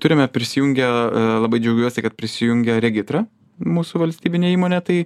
turime prisijungę labai džiaugiuosi kad prisijungia regitra mūsų valstybinė įmonė tai